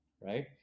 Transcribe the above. right